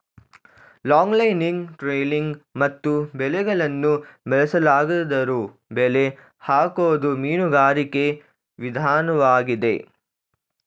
longlining trolling ಮತ್ತು ಬಲೆಗಳನ್ನು ಬಳಸಲಾದ್ದರೂ ಬಲೆ ಹಾಕೋದು ಮೀನುಗಾರಿಕೆ ವಿದನ್ವಾಗಿದೆ